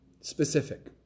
Specific